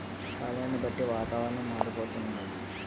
కాలాన్ని బట్టి వాతావరణం మారిపోతన్నాది